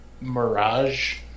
mirage